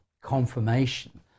Confirmation